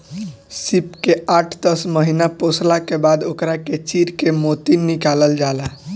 सीप के आठ दस महिना पोसला के बाद ओकरा के चीर के मोती निकालल जाला